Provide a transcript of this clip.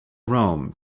rome